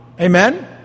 Amen